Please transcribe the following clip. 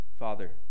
Father